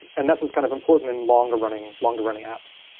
and that's as kind of important in longer running longer running apps.